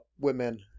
women